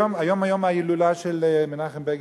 היום יום ההילולה של מנחם בגין,